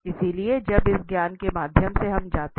इसलिए अब इस ज्ञान के माध्यम से हम जा सकते हैं